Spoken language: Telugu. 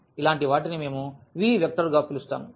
ఇలాంటి వాటిని మేము V వెక్టర్ గా పిలుస్తాము